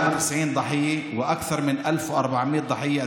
91 קורבנות, ויותר מ-1,400 קורבנות, ) חוסיין.